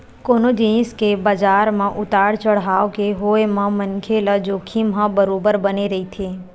कोनो जिनिस के बजार म उतार चड़हाव के होय म मनखे ल जोखिम ह बरोबर बने रहिथे